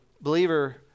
believer